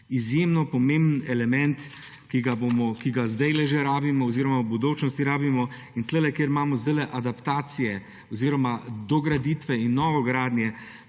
Izjemno pomemben element, ki ga sedaj že rabimo oziroma v bodočnosti rabimo. In tukaj, kjer imamo sedaj adaptacije oziroma dograditve in novogradnje,